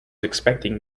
expecting